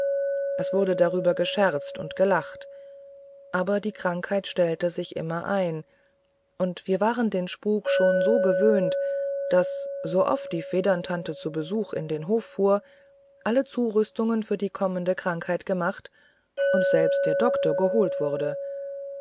es wurde darüber gescherzt und gelacht aber die krankheit stellte sich immer ein und wir waren den spuk schon so gewöhnt daß so oft die federntante zu besuch in den hof fuhr alle zurüstungen für die kommende krankheit gemacht und selbst der doktor geholt wurde